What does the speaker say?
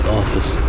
office